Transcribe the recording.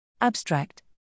Abstract